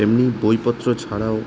এমনি বইপত্র ছাড়াও